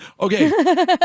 okay